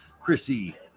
Chrissy